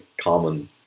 common